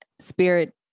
Spirit